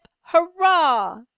hurrah